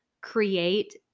create